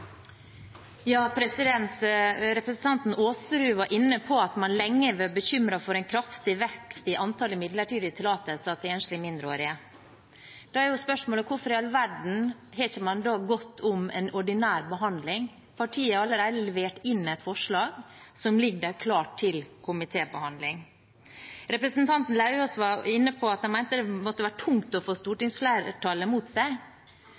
Representanten Aasrud var inne på at man lenge var bekymret for en kraftig vekst i antallet midlertidige tillatelser til enslige mindreårige. Da er jo spørsmålet: Hvorfor i all verden har man ikke da gått om en ordinær behandling? Partiet har allerede levert inn et forslag som ligger der, klart til komitébehandling. Representanten Lauvås var inne på at han mente det måtte være tungt å få stortingsflertallet mot seg.